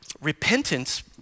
repentance